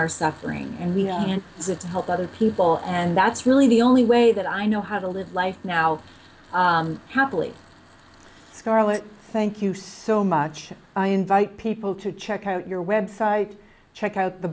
our suffering and we get to help other people and that's really the only way that i know how to live life now happily scarlet thank you so much i invite people to check out your website check out the